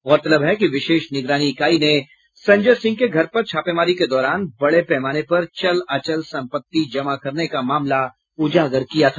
गौरतलब है कि विशेष निगरानी इकाई ने संजय सिंह के घर पर छापेमारी के दौरान बड़े पैमाने पर चल अचल संपत्ति जमा करने का मामला उजागर किया था